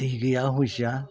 दै गैया हसिया